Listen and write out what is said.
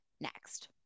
next